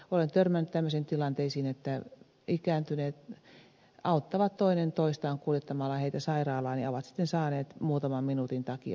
olen törmännyt tämmöisiin tilanteisiin että ikääntyneet auttavat toinen toistaan kuljettamalla sairaalaan ja ovat sitten saaneet muutaman minuutin takia pysäköintivirhemaksun